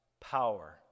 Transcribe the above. power